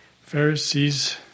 Pharisees